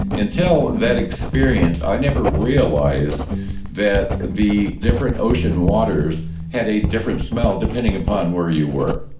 until that experience, i'd never realized that the different ocean waters had a different smell, depending upon where you were